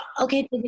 okay